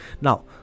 Now